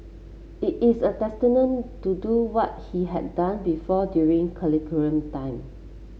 it is a to do what he had done before during curriculum time